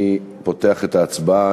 אני פותח את ההצבעה.